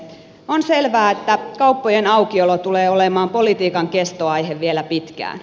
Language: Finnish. on selvää että kauppojen aukiolo tulee olemaan politiikan kestoaihe vielä pitkään